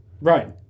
right